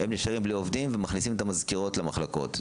הם נשארים בלי עובדים ומכניסים את המזכירות למחלקות.